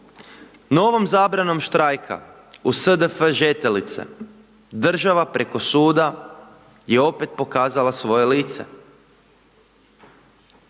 Novom zabranom štrajka, u SDF Žetelice, država preko suda, je opet pokazala svoje lice.